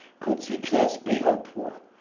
could success be hoped for.